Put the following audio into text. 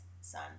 son